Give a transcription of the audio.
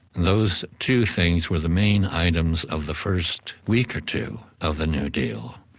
those two things were the main items of the first week or two of the new deal,